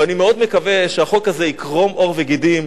אני מאוד מקווה שהחוק הזה יקרום עור וגידים,